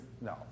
No